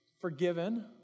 forgiven